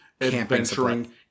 adventuring